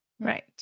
Right